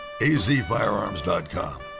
azfirearms.com